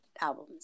albums